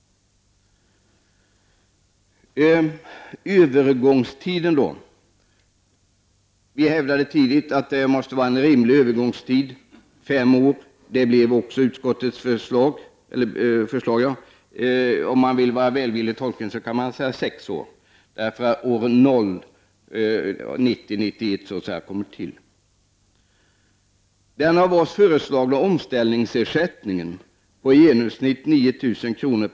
Vi moderater hävdade tidigt att det måste vara en rimlig övergångstid. Utskottets förslag blev fem år. En välvillig tolkning säger sex år. 1990/91 kan räknas som år 0. Vidare blir utskottets förslag den av oss föreslagna omställningsersättningen på i genomsnitt 9 000 kr.